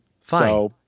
Fine